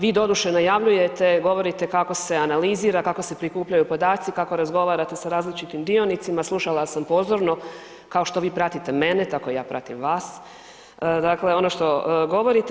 Vi doduše najavljujete, govorite kako se analizira, kako se prikupljaju podaci, kako razgovarate sa različitim dionicima, slušala sam pozorno, kao što vi pratite mene, tako ja pratim vas, dakle, ono što govorite.